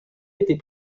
était